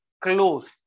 close